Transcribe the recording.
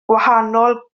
gwahanol